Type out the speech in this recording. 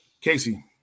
Casey